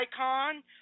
icon